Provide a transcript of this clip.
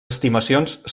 estimacions